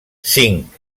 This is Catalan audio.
cinc